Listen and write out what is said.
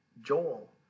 Joel